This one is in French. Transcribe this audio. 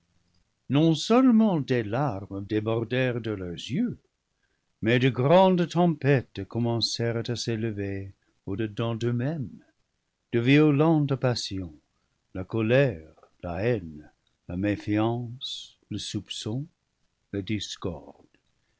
non-seulement des larmes débordèrent de leurs yeux mais de grandes tempêtes commencèrent à s'élever au-dedans d'euxmêmes de violentes passions la colère la haine la méfiance le soupçon la discorde